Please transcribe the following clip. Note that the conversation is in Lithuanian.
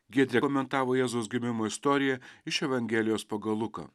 giedrė komentavo jėzaus gimimo istoriją iš evangelijos pagal luką